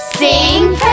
Sing